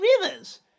Rivers